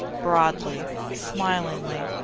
broadly, smilingly,